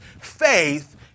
faith